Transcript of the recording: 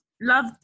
love